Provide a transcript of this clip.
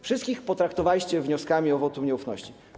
Wszystkich potraktowaliście wnioskami o wotum nieufności.